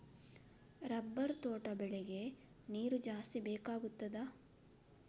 Rubber ತೋಟ ಬೆಳೆಗೆ ನೀರು ಜಾಸ್ತಿ ಬೇಕಾಗುತ್ತದಾ?